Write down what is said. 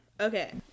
Okay